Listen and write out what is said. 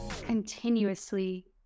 continuously